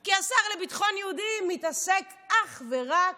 כי השר לביטחון יהודים מתעסק אך ורק